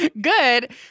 Good